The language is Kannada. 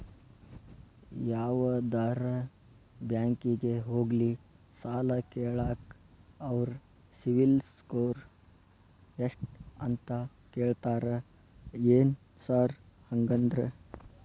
ಯಾವದರಾ ಬ್ಯಾಂಕಿಗೆ ಹೋಗ್ಲಿ ಸಾಲ ಕೇಳಾಕ ಅವ್ರ್ ಸಿಬಿಲ್ ಸ್ಕೋರ್ ಎಷ್ಟ ಅಂತಾ ಕೇಳ್ತಾರ ಏನ್ ಸಾರ್ ಹಂಗಂದ್ರ?